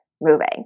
moving